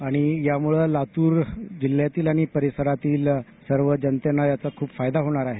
आणि यामुळे लातूर जिल्ह्यातील आणि परिसरातील सर्व जनतेला याचा खूप फायदा होणार आहे